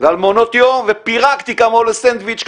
ועל מעונות יום ופירקתי כמה עולה סנדוויץ',